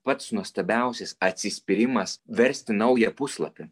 pats nuostabiausias atsispyrimas versti naują puslapį